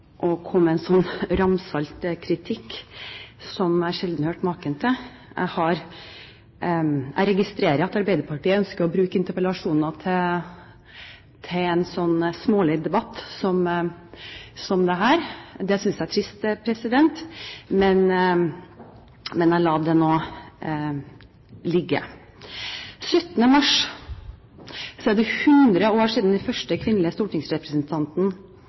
og komme med en ramsalt kritikk som jeg sjelden har hørt maken til. Jeg registrerer at Arbeiderpartiet ønsker å bruke interpellasjoner til en smålig debatt som dette. Det synes jeg er trist, men jeg lar det ligge. Den 17. mars er det 100 år siden den første kvinnelige stortingsrepresentanten,